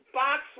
box